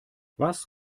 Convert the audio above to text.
was